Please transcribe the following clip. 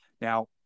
now